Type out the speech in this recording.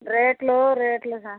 రేట్లు రేట్లు